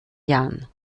jahren